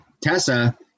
Tessa